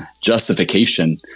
justification